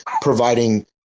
providing